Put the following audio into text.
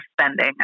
spending